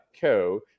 co